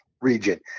region